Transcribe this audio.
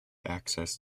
access